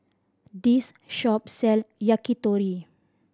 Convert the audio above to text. this shop sell Yakitori